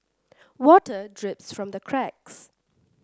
water drips from the cracks